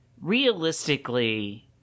realistically